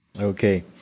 okay